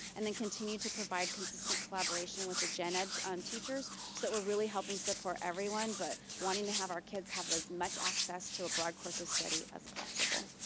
and then continue to provide consistent collaboration with gen ed um teachers, so that we're really helping support everyone, but wanting to have our kids have as much access to a broad course of study as possible.